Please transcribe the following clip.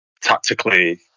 tactically